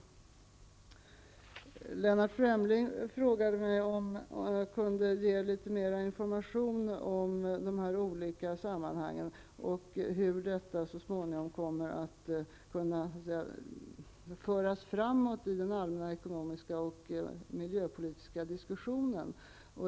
Lennart Fremling frågade om jag kunde ge litet mer information om hur detta så småningom kommer att kunna föras framåt i den allmänna ekonomiska och miljöpolitiska diskussionen.